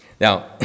Now